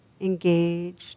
engaged